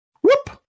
whoop